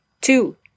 Two